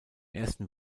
ersten